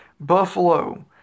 Buffalo